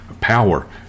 power